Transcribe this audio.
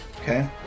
Okay